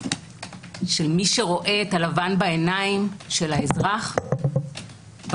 של מי שרואה את הלבן בעיניים של האזרח בשעה